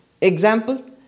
Example